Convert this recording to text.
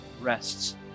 rests